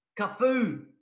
Cafu